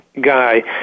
guy